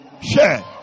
Share